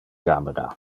camera